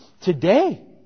today